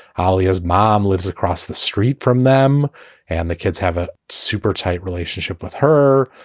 holly's mom lives across the street from them and the kids have a super tight relationship with her.